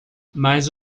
mas